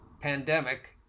pandemic